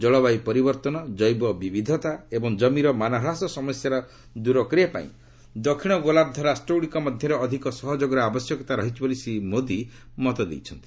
ଜଳବାୟୁ ପରିବର୍ତ୍ତନ ଜୈବବିବିଧତା ଏବଂ ଜମିର ମାନହ୍ରାସ ସମସ୍ୟାର ଦୂର କରିବା ପାଇଁ ଦକ୍ଷିଣ ଗୋଲାର୍ଦ୍ଧ ରାଷ୍ଟ୍ରଗୁଡ଼ିକ ମଧ୍ୟରେ ଅଧିକ ସହଯୋଗର ଆବଶ୍ୟକତା ରହିଛି ବୋଲି ଶ୍ରୀ ମୋଦୀ ମତ ଦେଇଛନ୍ତି